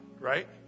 right